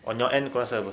on your end kau rasa apa